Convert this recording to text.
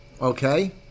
Okay